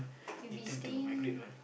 you be staying